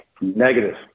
Negative